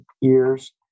years